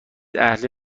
اهل